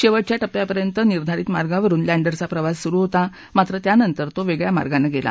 शेवटच्या टप्प्यापर्यंत निर्धारित मार्गावरुन लँडरचा प्रवास सुरू होता मात्र त्यानंतर तो वेगळया मार्गाने गेला